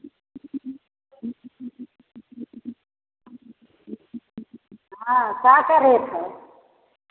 हाँ क्या क्या रेट है